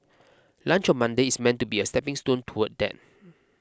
lunch on Monday is meant to be a stepping stone toward that